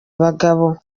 bagabo